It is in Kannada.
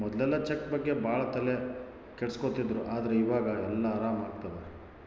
ಮೊದ್ಲೆಲ್ಲ ಚೆಕ್ ಬಗ್ಗೆ ಭಾಳ ತಲೆ ಕೆಡ್ಸ್ಕೊತಿದ್ರು ಆದ್ರೆ ಈವಾಗ ಎಲ್ಲ ಆರಾಮ್ ಆಗ್ತದೆ